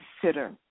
consider